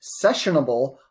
sessionable